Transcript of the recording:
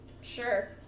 Sure